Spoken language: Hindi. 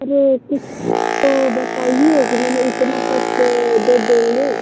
अरे कुछ तो बताइए कि मै इतना तक दे देंगे